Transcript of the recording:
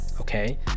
okay